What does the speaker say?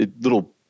little